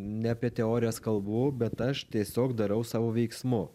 ne apie teorijas kalbu bet aš tiesiog darau savo veiksmu